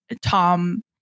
tom